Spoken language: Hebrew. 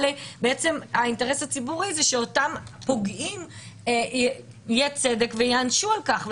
האינטרס הציבורי הוא שאותם פוגעים יהיה צדק וייענשו על כך.